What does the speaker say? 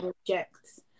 Objects